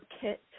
kit